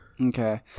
Okay